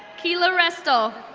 keela restoll.